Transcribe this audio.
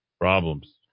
Problems